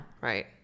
right